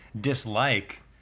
dislike